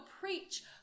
preach